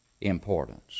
importance